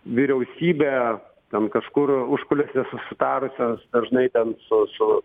vyriausybė ten kažkur užkulisiuos susitarusios dažnai ten su su